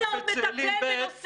פעם היית עוד מטפל בנושאים.